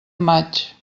maig